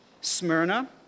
Smyrna